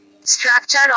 Structure